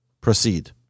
proceed